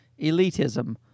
elitism